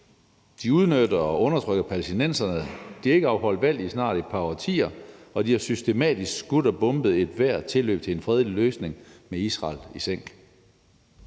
de udnytter og undertrykker palæstinenserne, de har ikke afholdt valg i snart et par årtier, og de har systematisk skudt og bombet ethvert tilløb til en fredelig løsning med Israel i sænk.